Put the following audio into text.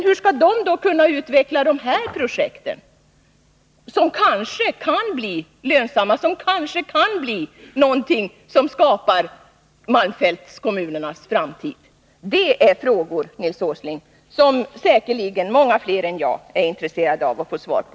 Hur skall man då kunna utveckla de här projekten som kanske kan bli lönsamma, som kanske kan bli det som skapar malmfältskommunernas framtid? Det är frågor, Nils Åsling, som säkerligen många fler än jag är intresserade av att få svar på.